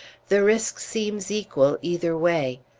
the risk seems equal, either way.